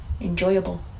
enjoyable